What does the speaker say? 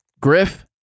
Griff